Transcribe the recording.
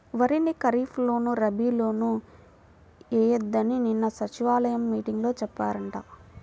వరిని ఖరీప్ లోను, రబీ లోనూ ఎయ్యొద్దని నిన్న సచివాలయం మీటింగులో చెప్పారంట